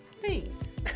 Thanks